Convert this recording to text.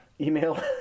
Email